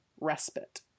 respite